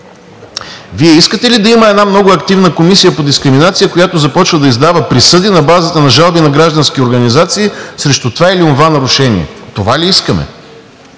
Вие искате ли да има една много активна комисия по дискриминация, която започва да издава присъди на базата на жалби на граждански организации срещу това или онова нарушение? Това ли искаме?